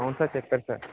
అవును సార్ చెప్పారు సార్